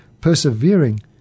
persevering